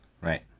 Right